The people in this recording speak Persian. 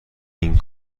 این